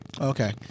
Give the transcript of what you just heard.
Okay